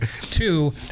Two